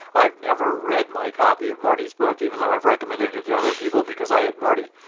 i've never read my copy of marty's book, even though i've recommend it to to other people, because i had marty.